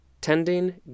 tending